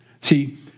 See